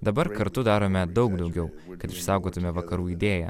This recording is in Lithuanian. dabar kartu darome daug daugiau kad išsaugotume vakarų idėją